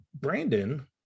Brandon